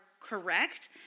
correct